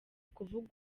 kuvuga